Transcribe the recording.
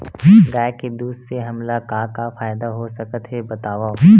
गाय के दूध से हमला का का फ़ायदा हो सकत हे बतावव?